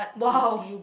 !wow!